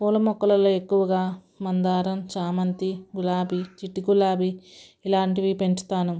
పూల మొక్కలలో ఎక్కువగా మందారం చామంతి గులాబీ చిట్టి గులాబీ ఇలాంటివి పెంచుతాను